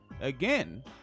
Again